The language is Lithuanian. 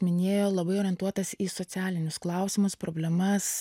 minėjo labai orientuotas į socialinius klausimus problemas